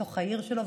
בתוך העיר שלו,